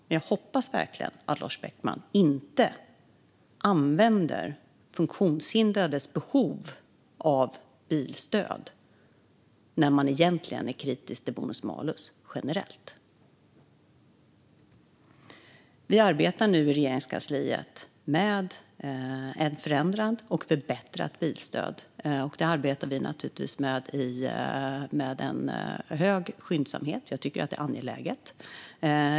Men jag hoppas verkligen att Lars Beckman inte använder funktionshindrades behov av bilstöd när han egentligen är kritisk till bonus malus generellt. Vi arbetar nu i Regeringskansliet med ett förändrat och förbättrat bilstöd. Det gör vi naturligtvis med en hög skyndsamhet. Jag tycker att det är angeläget.